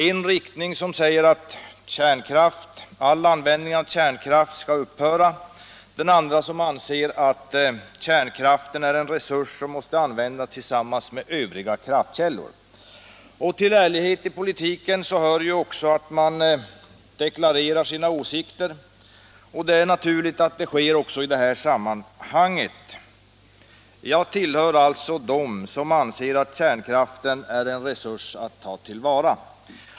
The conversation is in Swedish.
En riktning säger att all användning av kärnkraft skall upphöra, och en annan anser att kärnenergin är en resurs som måste användas tillsammans med övriga kraftkällor. Till ärligheten i politiken hör ju att man deklarerar sina åsikter, och därför är det naturligt att så sker också i det här fallet. Jag tillhör alltså dem som anser att kärnkraften är en resurs att ta till vara.